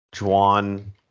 Juan